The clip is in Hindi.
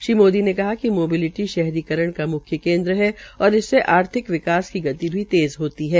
श्री मोदी ने कहा कि मोबालिटी शहरीकरण का म्ख्य केन्द्र है और इससे आर्थिक विकास की गति भी तेज़ होती है